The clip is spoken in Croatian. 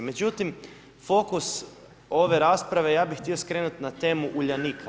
Međutim, fokus ove rasprave ja bih htio skrenuti na temu Uljanika.